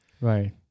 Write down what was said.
Right